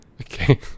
Okay